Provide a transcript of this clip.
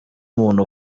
umuntu